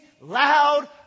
loud